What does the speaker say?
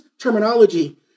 terminology